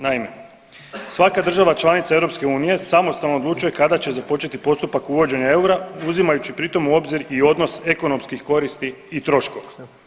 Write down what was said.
Naime, svaka država članica EU samostalno odlučuje kada će započeti postupak uvođenja eura uzimajući pritom u obzir i odnos ekonomskih koristi i troškova.